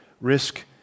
risk